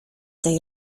tej